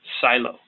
silo